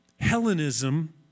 Hellenism